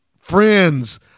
Friends